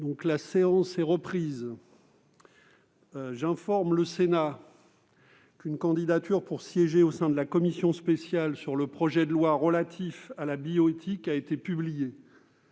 La séance est reprise. J'informe le Sénat qu'une candidature pour siéger au sein de la commission spéciale sur le projet de loi relatif à la bioéthique a été publiée.